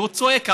והוא צועק.